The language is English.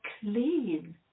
clean